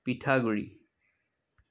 পিঠাগুড়ি